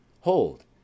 Hold